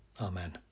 Amen